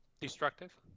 destructive